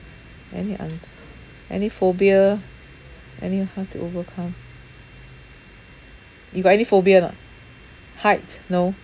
any un~ any phobia and then how do you overcome you got any phobia or not height no